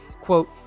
quote